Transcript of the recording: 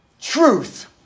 Truth